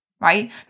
right